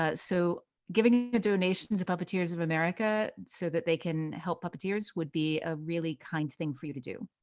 ah so giving a donation to puppeteers of america so that they can help puppeteers would be a really kind thing for you to do.